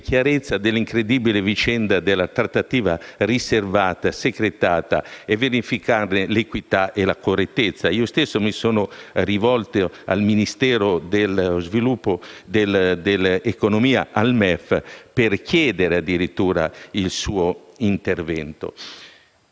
chiarezza sull'incredibile vicenda della trattativa riservata e secretata per verificarne l'equità e la correttezza. Io stesso mi sono rivolto al Ministero dell'economia e delle finanze per chiedere il suo intervento.